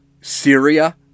Syria